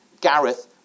Gareth